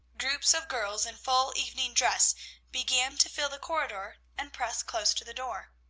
groups of girls in full evening dress began to fill the corridor and press close to the door.